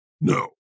No